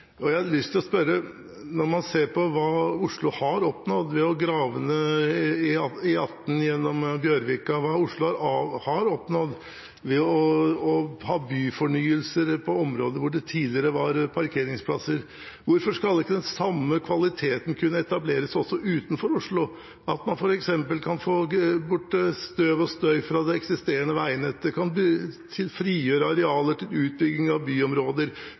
Og når man ser på hva Oslo har oppnådd ved å grave E18 gjennom Bjørvika, hva Oslo har oppnådd ved å ha byfornyelse på områder hvor det tidligere var parkeringsplasser, hvorfor skal ikke den samme kvaliteten kunne etableres også utenfor Oslo, at man f.eks. kan få bort støv og støy fra det eksisterende veinettet, kan frigjøre arealer til utbygging av byområder,